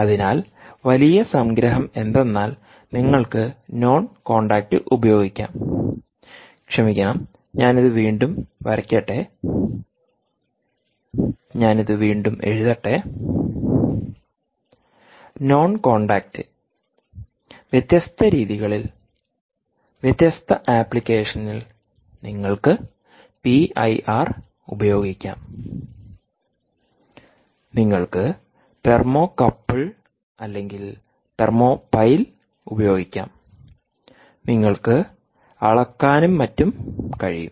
അതിനാൽ വലിയ സംഗ്രഹം എന്തെന്നാൽ നിങ്ങൾക്ക് നോൺ കോൺടാക്റ്റ് ഉപയോഗിക്കാം ക്ഷമിക്കണം ഞാൻ ഇത് വീണ്ടും വരയ്ക്കട്ടെ ഞാൻ ഇത് വീണ്ടും എഴുതട്ടെ നോൺ കോൺടാക്റ്റ് വ്യത്യസ്ത രീതികളിൽ വ്യത്യസ്ത ആപ്ലിക്കേഷനിൽ നിങ്ങൾക്ക് പിഐആർ ഉപയോഗിക്കാം നിങ്ങൾക്ക് തെർമോകപ്പിൾ അല്ലെങ്കിൽ തെർമോപൈൽ ഉപയോഗിക്കാം നിങ്ങൾക്ക് അളക്കാനും മറ്റും കഴിയും